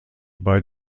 bei